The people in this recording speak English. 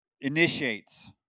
initiates